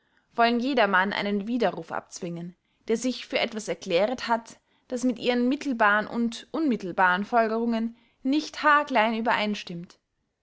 wollen jedermann einen wiederruf abzwingen der sich für etwas erkläret hat das mit ihren mittelbaren und unmittelbaren folgerungen nicht haarklein übereinstimmt